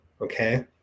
okay